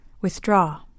Withdraw